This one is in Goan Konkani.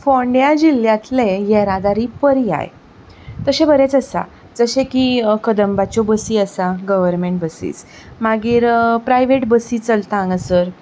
फोंड्या जिल्ल्यांतले येरादारी पर्याय तशे बरेच आसा जशे की कदंबाच्यो बसी आसा गव्हर्मेंट बसीस मागीर प्रायव्हेट बसीस चलता हांगासर